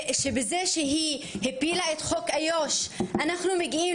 בזה שהיא הפילה את חוק איו"ש אנחנו מגיעים